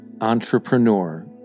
entrepreneur